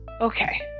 Okay